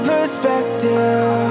perspective